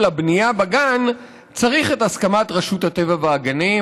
הבנייה בגן צריך את הסכמת רשות הטבע והגנים,